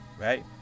right